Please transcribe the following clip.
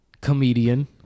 comedian